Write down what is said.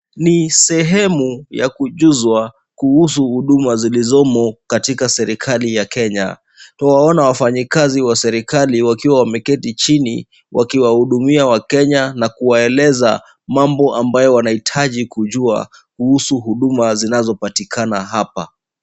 Ni sehemu ya kujuzwa kuhusu huduma zilizomo katika serikali ya Kenya. Nawaona wafanyikazi wa serikali wakiwa wameketi chini, wakiwahudumia Wakenya na kuwaeleza mambo ambayo wanahitaji kujua kuhusu huduma zinazopatikana hapa.